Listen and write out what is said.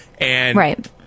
Right